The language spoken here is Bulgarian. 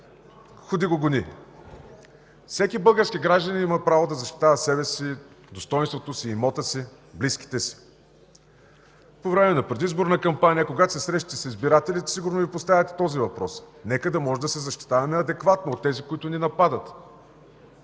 ходи го гони. Всеки български гражданин има право да защитава себе си, достойнството си, имота си, близките си. По време на предизборна кампания, когато се срещате с избирателите, сигурно Ви поставят и този въпрос. Нека да можем да се защитаваме адекватно от тези, които ни нападат!